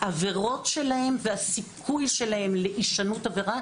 העבירות שלהם והסיכוי שלהם להישנות עבירה